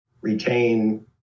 retain